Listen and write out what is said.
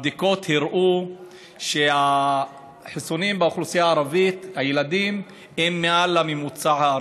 הבדיקות הראו שהחיסונים לילדים הם מעל הממוצע הארצי.